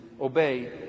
Obey